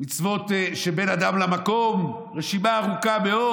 מצוות שבין אדם למקום, רשימה ארוכה מאוד.